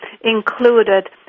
included